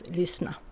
lyssna